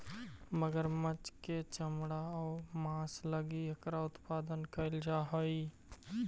मगरमच्छ के चमड़ा आउ मांस लगी एकरा उत्पादन कैल जा हइ